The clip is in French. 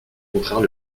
contraire